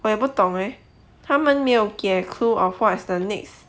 我也不懂 eh 他们没有给 clue of what is the next